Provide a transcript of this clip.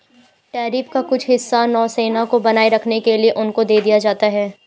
tariff का कुछ हिस्सा नौसेना को बनाए रखने के लिए उनको दे दिया जाता है